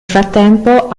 frattempo